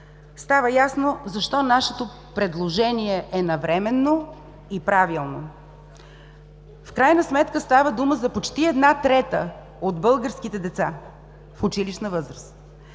става ясно защо нашето предложение е навременно и правилно. В крайна сметка става дума за почти една трета от българските деца в училищна възраст.